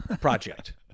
project